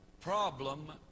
Problem